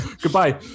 Goodbye